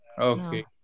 Okay